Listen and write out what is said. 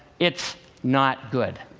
it's not good.